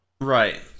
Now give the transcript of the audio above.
Right